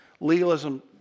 Legalism